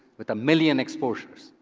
with a million exposures.